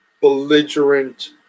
belligerent